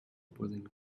posing